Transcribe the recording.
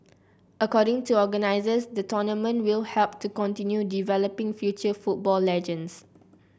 according to organisers the tournament will help to continue developing future football legends